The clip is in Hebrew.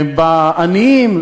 בעניים,